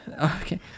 okay